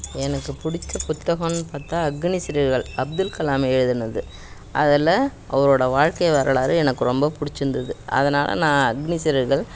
எனக்குப் பிடிச்ச புத்தகன்னு பார்த்தா அக்னி சிறகுகள் அப்துல் கலாம் எழுதினது அதில் அவரோட வாழ்க்கை வரலாறு எனக்கு ரொம்பப் பிடிச்சிருந்துது அதனால் நான் அக்னி சிறகுகள்